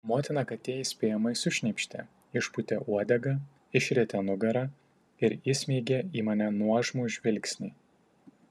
motina katė įspėjamai sušnypštė išpūtė uodegą išrietė nugarą ir įsmeigė į mane nuožmų žvilgsnį